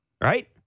Right